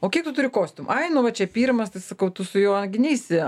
o kiek tu turi kostiumų ai nu va čia pirmas tai sakau tu su juo gi neisi